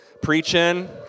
preaching